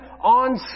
on